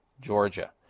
Georgia